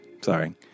Sorry